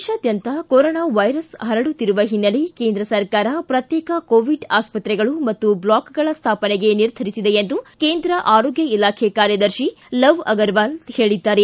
ದೇಶಾದ್ಯಂತ corona virus ಹರಡುತ್ತಿರುವ ಹಿನ್ನೆಲೆ ಕೇಂದ್ರ ಸರ್ಕಾರ ಪ್ರತ್ಯೇಕ ಕೋವಿಡ್ ಆಸ್ಪತ್ರೆಗಳು ಮತ್ತು ಬ್ಲಾಕ್ಗಳ ಸ್ಮಾಪನೆಗೆ ನಿರ್ಧರಿಸಿದೆ ಎಂದು ಕೇಂದ್ರ ಆರೋಗ್ಯ ಇಲಾಖೆ ಕಾರ್ಯದರ್ತಿ ಲವ್ ಅಗರ್ವಾಲ್ ಹೇಳಿದ್ದಾರೆ